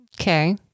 Okay